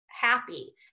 happy